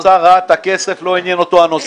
משרד האוצר ראה את הכסף, לא עניין אותו הנושא.